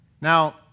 Now